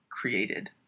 created